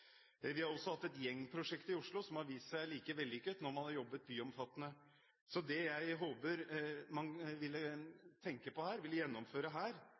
vi hatt nær en halvering av villainnbruddene. Vi har også hatt et gjengprosjekt i Oslo som har vist seg like vellykket når man har jobbet byomfattende. Det jeg håper man vil tenke på her, vil gjennomføre,